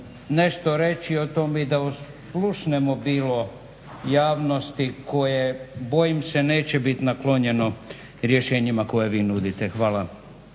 nešto reći o tome i da oslušnemo bilo javnosti koje bojim se neće biti naklonjeno rješenjima koje vi nudite. Hvala.